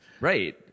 Right